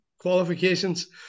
qualifications